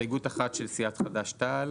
ההסתייגויות של יש עתיד?